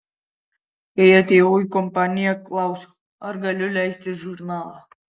kai atėjau į kompaniją klausiau ar galiu leisti žurnalą